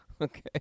Okay